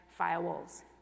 firewalls